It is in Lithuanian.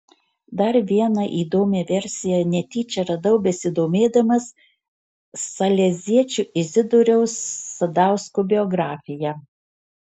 dar vieną įdomią versiją netyčia radau besidomėdamas saleziečio izidoriaus sadausko biografija